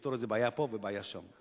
לפתור איזה בעיה פה ובעיה שם.